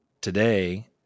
Today